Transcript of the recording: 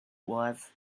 was